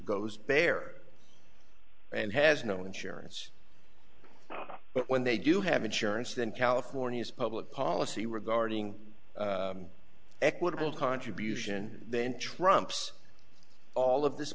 goes bear and has no insurance but when they do have insurance then california's public policy regarding equitable contribution then trumps all of this